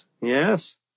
yes